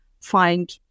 find